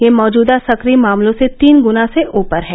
यह मौजूदा सक्रिय मामलों से तीन ग्ना से ऊपर है